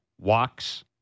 Walks